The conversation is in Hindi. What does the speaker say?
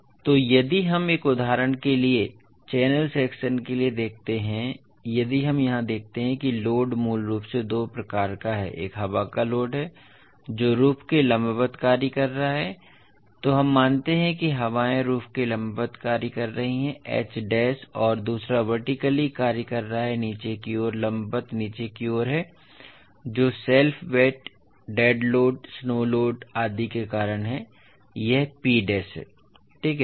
इसलिए यदि हम एक उदाहरण के लिए चैनल सेक्शन के लिए देखते हैं यदि हम यहां देखते हैं कि लोड मूल रूप से दो प्रकार का है एक हवा का लोड है जो रूफ के लंबवत कार्य कर रहा है तो हम मानते हैं कि हवाएं रूफ के लंबवत कार्य कर रही हैं H डैश और दूसरा वर्टिकली कार्य कर रहा है नीचे की ओर लंबवत नीचे की ओर है जो self weight dead load snow load आदि के कारण है यह P डैश है ठीक है